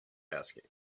asking